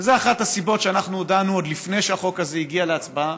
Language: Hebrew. וזו אחת הסיבות שאנחנו דנו עוד לפני שהחוק הזה הגיע להצבעה.